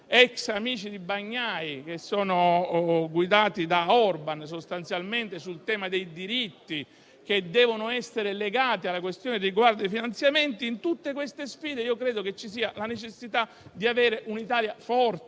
ex amici di Bagnai che sono guidati da Orban sostanzialmente sul tema dei diritti che devono essere legati ai finanziamenti. Davanti a tutte queste sfide credo vi sia la necessità di avere un'Italia forte